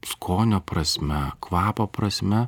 skonio prasme kvapo prasme